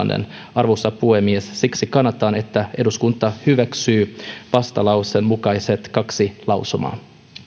arvoisa puhemies siksi kannatan että eduskunta hyväksyy vastalauseen mukaiset kaksi lausumaa